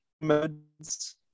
modes